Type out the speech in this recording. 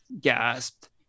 gasped